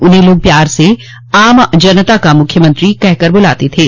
उन्हें लोग प्यार से आम जनता का मुख्यमंत्री कहकर बुलाते थे